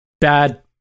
bad